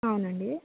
అవునండి